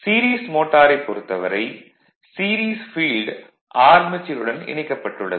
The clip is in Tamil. ஸீரிஸ் மோட்டாரைப் பொறுத்தவரை ஸீரிஸ் ஃபீல்டு ஆர்மெச்சூர் உடன் இணைக்கப்பட்டுள்ளது